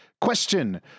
question